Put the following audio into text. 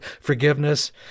forgiveness